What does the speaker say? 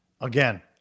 Again